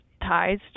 ties